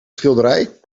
schilderij